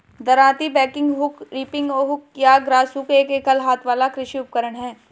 दरांती, bagging hook, reaping hook या grass hook एक एकल हाथ वाला कृषि उपकरण है